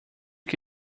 que